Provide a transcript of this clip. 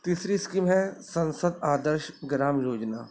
تیسری اسکیم ہے سسند آدرش گرام یوجنا